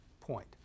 point